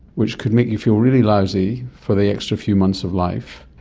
which could make you feel really lousy for the extra few months of life,